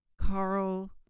carl